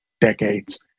decades